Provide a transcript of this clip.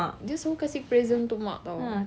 dia suka kasi present untuk mak [tau]